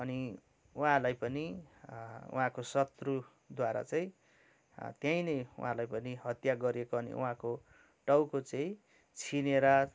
अनि उहाँलाई पनि उहाँको सत्रुद्वारा चाहिँ त्यहीँ नै उहाँलाई पनि हत्या गरिएको अनि उहाँको टाउको चाहिँ छिनेर